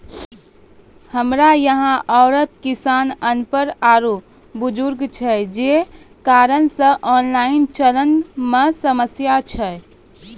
हमरा यहाँ औसत किसान अनपढ़ आरु बुजुर्ग छै जे कारण से ऑनलाइन चलन मे समस्या छै?